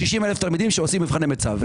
60,000 תלמידים שעושים מבחני מיצב.